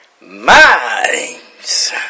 minds